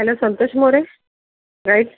hello Santosh More guide